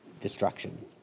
destruction